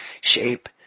shape